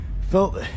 felt